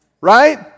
right